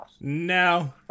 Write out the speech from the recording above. No